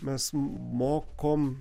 mes mokom